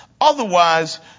Otherwise